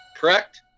Correct